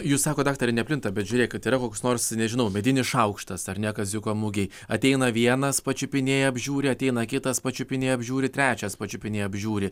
jūs sakot daktare neplinta bet žiūrėkit yra koks nors nežinau medinis šaukštas ar ne kaziuko mugėj ateina vienas pačiupinėja apžiūri ateina kitas pačiupinėja apžiūri trečias pačiupinėja apžiūri